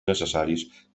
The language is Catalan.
necessaris